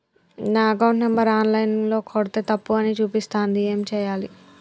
నా account number online ల కొడ్తే తప్పు అని చూపిస్తాంది ఏం చేయాలి?